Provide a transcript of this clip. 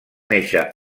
néixer